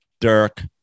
Dirk